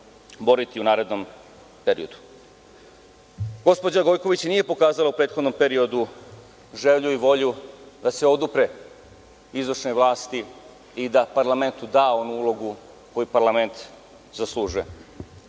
boriti u narednom periodu. Gospođa Gojković nije pokazala u prethodnom periodu želju i volju da se odupre izvršnoj vlasti i da parlamentu da onu ulogu koju parlament zaslužuje.